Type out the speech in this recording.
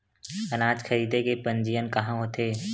अनाज खरीदे के पंजीयन कहां होथे?